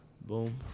Boom